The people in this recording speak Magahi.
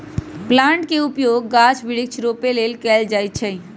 प्लांट के उपयोग गाछ वृक्ष रोपे लेल कएल जाइ छइ